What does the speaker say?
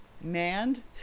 manned